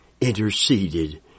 interceded